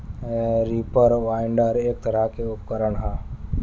reaper binder एक तरह के उपकरण ह